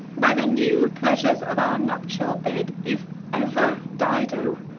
by the new pleasures of our nuptial bed if ever dido,